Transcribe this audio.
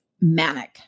manic